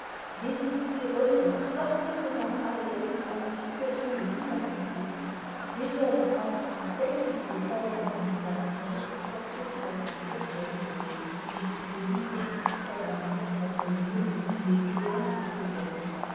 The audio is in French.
des esprits retors parfaitement à l'aise dans les situations les plus compliquées des hommes enfin tels qu'il les fallait à un etat faible forcé de s'agrandir pour durer et de lutter pour s'agrandir contre les menées et les violences de ses voisins